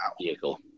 vehicle